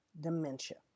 dementia